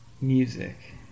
music